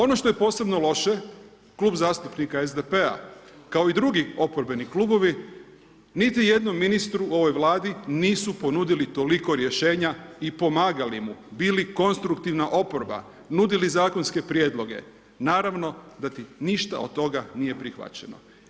Ono što je posebno loše, Klub zastupnika SDP-a kao i drugi oporbeni klubovi niti jednom ministru u ovoj Vladi nisu ponudili toliko rješenja i pomagali mu, bili konstruktivna oporba, nudili zakonske prijedloge, naravno da ništa od toga nije prihvaćeno.